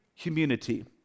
community